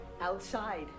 outside